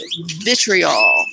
vitriol